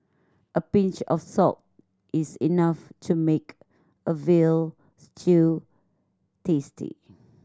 a pinch of salt is enough to make a veal stew tasty